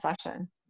session